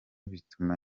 bituma